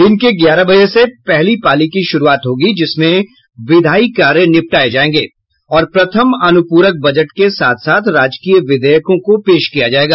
दिन के ग्यारह बजे से पहली पाली की शुरूआत होगी जिसमें विधायी कार्य निपटाये जायेंग और प्रथम अनुप्रक बजट के साथ साथ राजकीय विधेयकों को पेश किया जायेगा